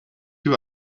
you